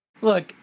Look